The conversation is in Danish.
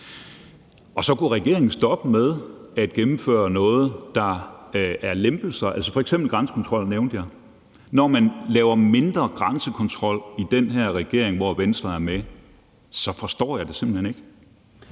og så kunne regeringen stoppe med at gennemføre noget, der er lempelser. Jeg nævnte f.eks. grænsekontrollen. Når man laver mindre grænsekontrol i den her regering, hvor Venstre er med, så forstår jeg det simpelt hen ikke.